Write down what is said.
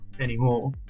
anymore